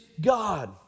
God